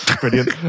Brilliant